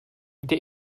der